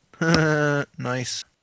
Nice